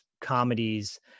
comedies